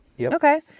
Okay